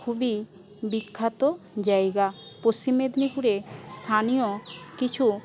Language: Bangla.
খুবই বিখ্যাত জায়গা পশ্চিম মেদিনীপুরে স্থানীয় কিছু